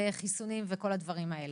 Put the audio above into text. חיסונים וכל הדברים האלה.